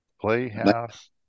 Playhouse